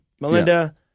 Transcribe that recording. Melinda